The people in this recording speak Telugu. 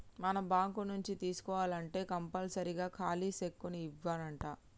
మనం బాంకు నుంచి తీసుకోవాల్నంటే కంపల్సరీగా ఖాలీ సెక్కును ఇవ్యానంటా